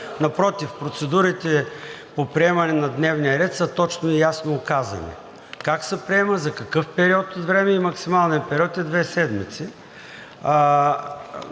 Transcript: Напротив, процедурите по приемане на дневния ред са точно и ясно указани – как се приема, за какъв период от време и максималният период е две седмици.